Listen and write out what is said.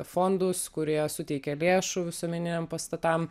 fondus kurie suteikia lėšų visuomeniniam pastatam